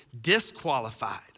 disqualified